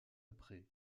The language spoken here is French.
après